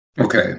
Okay